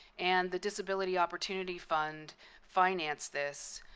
and the disability opportunity fund financed this.